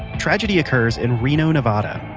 tragedy occurs in reno, nevada.